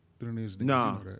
No